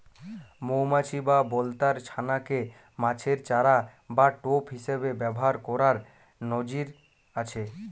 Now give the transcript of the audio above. মউমাছি বা বলতার ছানা কে মাছের চারা বা টোপ হিসাবে ব্যাভার কোরার নজির আছে